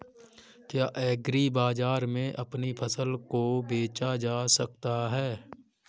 क्या एग्रीबाजार में अपनी फसल को बेचा जा सकता है?